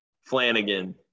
Flanagan